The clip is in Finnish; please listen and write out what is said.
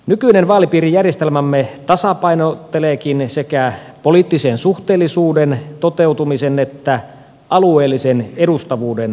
nykyinen vaalipiirijärjestelmämme tasapainotteleekin sekä poliittisen suhteellisuuden toteutumisen että alueellisen edustavuuden välillä